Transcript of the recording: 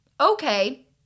Okay